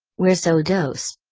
we're so dose.